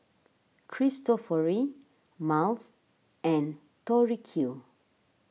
Cristofori Miles and Tori Q